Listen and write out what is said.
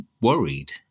worried